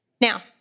Now